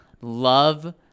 love